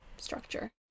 structure